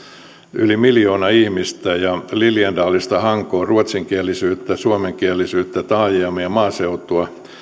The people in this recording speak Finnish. yli miljoona ihmistä liljendalista hankoon ruotsinkielisyyttä suomenkielisyyttä taajamia ja maaseutua